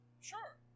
Sure